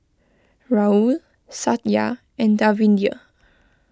Rahul Satya and Davinder